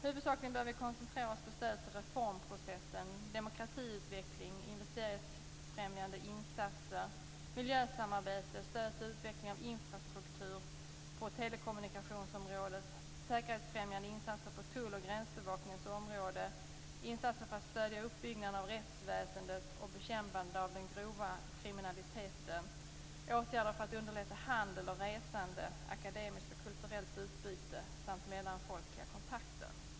Huvudsakligen bör vi koncentrera oss på stöd till reformprocessen, demokratiutveckling, investeringsfrämjande insatser, miljösamarbete, stöd till utveckling av infrastruktur på telekommunikationsområdet, säkerhetsfrämjande insatser på tull och gränsbevakningens områden, insatser för att stödja uppbyggnaden av rättsväsendet och bekämpandet av den grova kriminaliteten, åtgärder för att underlätta handel och resande, akademiskt och kulturellt utbyte samt mellanfolkliga kontakter.